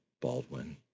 Baldwin